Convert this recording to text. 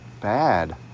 bad